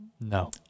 no